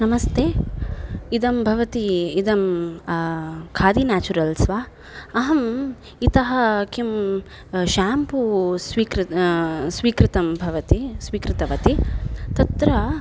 नमस्ते इदं भवती इदं खादि नेचुरल्स् वा अहम् इतः किं शेम्पू स्वीकृ स्वीकृतं भवति स्वीकृतवती तत्र